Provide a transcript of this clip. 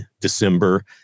December